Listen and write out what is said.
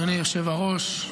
אדוני היושב-ראש,